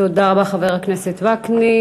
תודה רבה, חבר הכנסת וקנין.